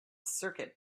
circuit